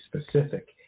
specific